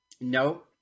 No